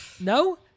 No